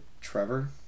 Trevor